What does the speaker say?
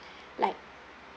like